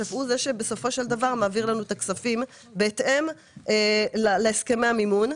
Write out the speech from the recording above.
שבסופו של דבר מעביר לנו את הכספים בהתאם להסכמי המימון.